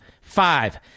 Five